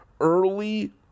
Early